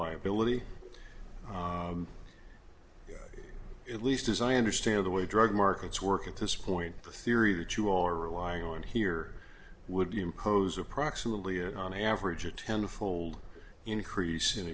liability at least as i understand the way drug markets work at this point the theory that you are relying on here would impose approximately an on average a ten fold increase in